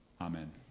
Amen